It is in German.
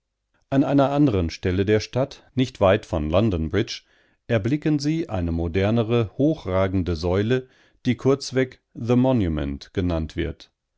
an einer anderen stelle der stadt nicht weit von london bridge erblicken sie eine modernere hochragende säule die kurzweg the monument genannt wird